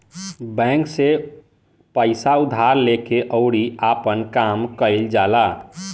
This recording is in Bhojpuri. बैंक से पइसा उधार लेके अउरी आपन काम कईल जाला